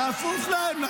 צפוף להם.